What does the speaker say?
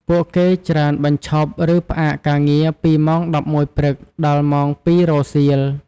ពួកគេច្រើនបញ្ឈប់ ឬផ្អាកការងារពីម៉ោង១១ព្រឹក ដល់ ម៉ោង២ រសៀល។